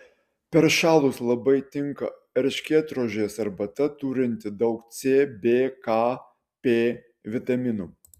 peršalus labai tinka erškėtrožės arbata turinti daug c b k p vitaminų